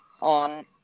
on